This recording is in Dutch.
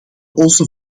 onze